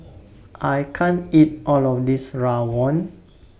I can't eat All of This Rawon